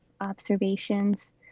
observations